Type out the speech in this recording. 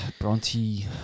Bronte